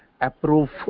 approve